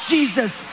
Jesus